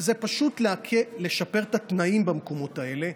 זה פשוט לשפר את התנאים במקומות האלה,